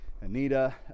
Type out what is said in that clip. Anita